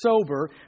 sober